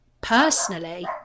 personally